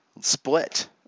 split